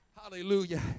Hallelujah